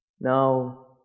now